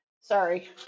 Sorry